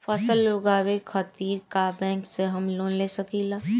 फसल उगावे खतिर का बैंक से हम लोन ले सकीला?